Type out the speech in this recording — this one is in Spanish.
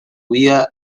vida